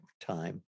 time